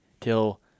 till